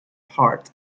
hart